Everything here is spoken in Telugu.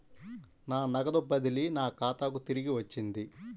నా నగదు బదిలీ నా ఖాతాకు తిరిగి వచ్చింది